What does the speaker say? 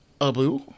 Abu